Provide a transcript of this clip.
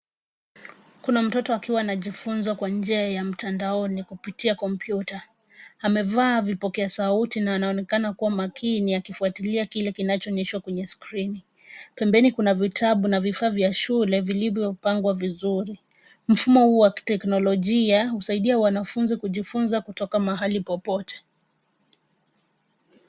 Kuna mtoto akiwa anajifunza kwa njia ya mtandaoni kupitia kompyuta. Amevaa vipokea sauti na anaonekana kuwa makini akifuatilia kile kinachoonyeshwa kwenye skrini. Pembeni kuna vitabu na vifaa vya shule vilivyopangwa vizuri. Mfumo huo wa kiteknolojia husaidia wanafunzi kujifunza kutoka mahali popote.